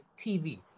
TV